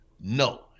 No